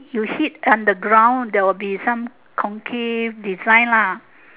you hit on the ground there will be some concave design lah